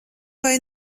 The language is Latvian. vai